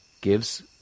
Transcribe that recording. gives